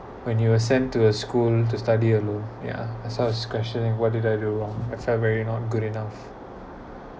when you were sent to a school to study alone ya that's how I questioning what did I do wrong and I felt maybe not good enough